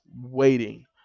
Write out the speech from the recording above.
waiting